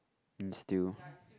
mm still